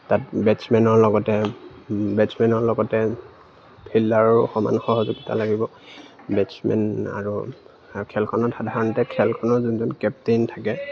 তাত বেটছমেনৰ লগতে বেটছমেনৰ লগতে ফিল্ডাৰৰো সমান সহযোগিতা লাগিব বেটছমেন আৰু খেলখনত সাধাৰণতে খেলখনৰ যোনজন কেপ্টেইন থাকে